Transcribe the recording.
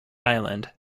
island